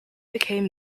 became